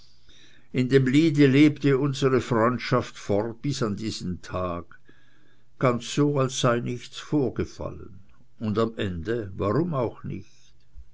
in dem liede lebt unsre freundschaft fort bis diesen tag ganz so als sei nichts vorgefallen und am ende warum auch nicht